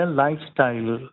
lifestyle